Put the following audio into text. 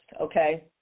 okay